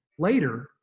Later